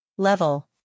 Level